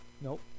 Nope